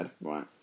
right